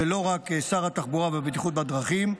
ולא רק שר התחבורה והבטיחות בדרכים,